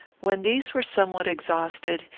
when these were somewhat exhausted,